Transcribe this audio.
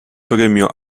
premio